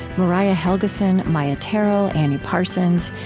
mariah helgeson, maia tarrell, annie parsons,